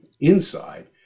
inside